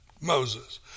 Moses